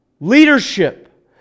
leadership